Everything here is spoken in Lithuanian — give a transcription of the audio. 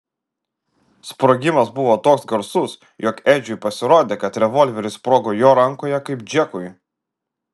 sprogimas buvo toks garsus jog edžiui pasirodė kad revolveris sprogo jo rankoje kaip džekui